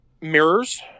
Mirrors